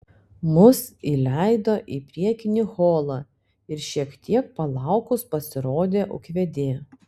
mus įleido į priekinį holą ir šiek tiek palaukus pasirodė ūkvedė